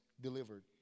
delivered